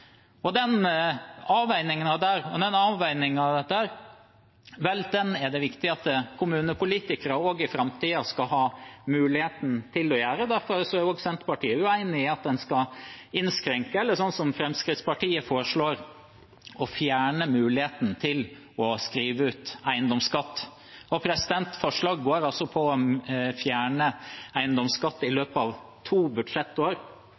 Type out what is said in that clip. Den avveiningen er det viktig at kommunepolitikere også i framtiden skal ha mulighet til å gjøre. Derfor er Senterpartiet uenig i at man skal innskrenke eller, som Fremskrittspartiet foreslår, fjerne muligheten til å skrive ut eiendomsskatt. Forslaget går altså ut på å fjerne eiendomsskatt i løpet av to budsjettår.